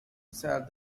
said